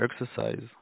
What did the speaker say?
exercise